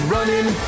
Running